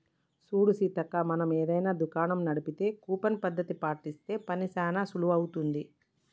చూడు సీతక్క మనం ఏదైనా దుకాణం నడిపితే కూపన్ పద్ధతి పాటిస్తే పని చానా సులువవుతుంది